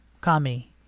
comedy